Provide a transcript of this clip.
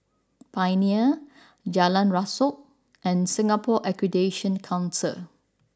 Pioneer Jalan Rasok and Singapore Accreditation Council